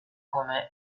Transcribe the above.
come